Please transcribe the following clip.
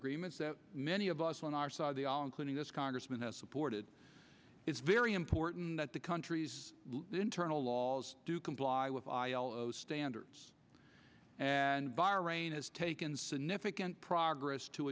agreements that many of us on our side the all including us congressman has supported it's very important that the country's internal laws do comply with the ilo standards and bahrain has taken significant progress to